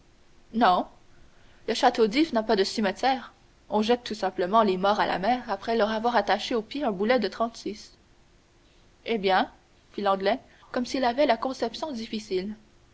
non le château d'if n'a pas de cimetière on jette tout simplement les morts à la mer après leur avoir attaché aux pieds un boulet de trente-six eh bien fit l'anglais comme s'il avait la conception difficile